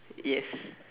yes